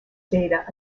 data